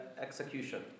execution